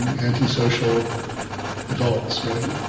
and antisocial adults, right?